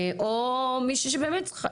או מישהי שבאמת צריכה,